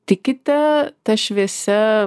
tikite ta šviesia